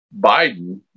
Biden